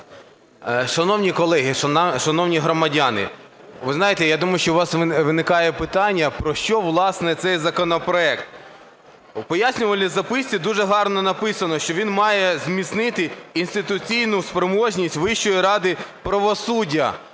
Шановні колеги, шановні громадяни, ви знаєте, я думаю, що у вас виникає питання, про що, власне, цей законопроект. В пояснювальній записці дуже гарно написано, що він має зміцнити інституційну спроможність Вищої ради правосуддя,